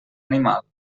animal